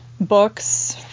books